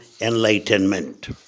enlightenment